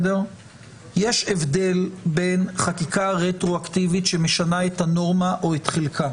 יש הבדל בין חקיקה רטרואקטיבית שמשנה את הנורמה או את חלקה